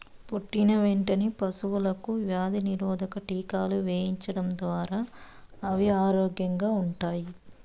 పుట్టిన వెంటనే పశువులకు వ్యాధి నిరోధక టీకాలు వేయించడం ద్వారా అవి ఆరోగ్యంగా ఉంటాయి